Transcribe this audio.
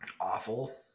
awful